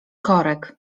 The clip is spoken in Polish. korek